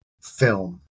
film